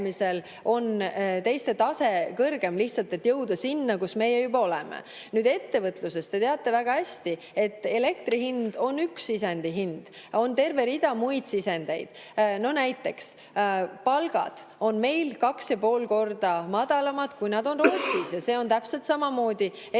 on teiste tase kõrgem, lihtsalt et jõuda sinna, kus meie juba oleme. Nüüd ettevõtlusest. Te teate väga hästi, et elektri hind on üks sisendihind, aga on ka terve rida muid sisendeid. Näiteks palgad on meil 2,5 korda madalamad kui Rootsis, ja see on täpselt samamoodi ettevõtlusele